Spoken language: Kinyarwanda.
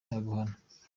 yaguhaye